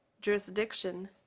jurisdiction